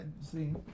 see